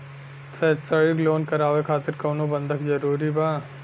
शैक्षणिक लोन करावे खातिर कउनो बंधक जरूरी बा?